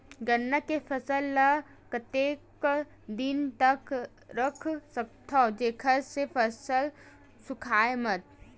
गन्ना के फसल ल कतेक दिन तक रख सकथव जेखर से फसल सूखाय मत?